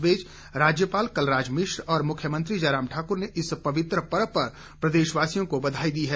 इस बीच राज्यपाल कलराज मिश्र और मुख्यमंत्री जयराम ठाकुर ने इस पवित्र पर्व पर प्रदेशवासियों को बधाई दी है